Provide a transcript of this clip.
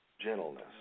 gentleness